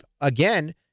again